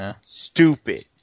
Stupid